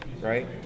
Right